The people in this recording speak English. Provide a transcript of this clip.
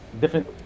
different